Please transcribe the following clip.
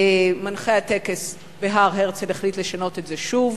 מנחה הטקס בהר-הרצל החליט לשנות את זה שוב.